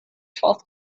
twelfth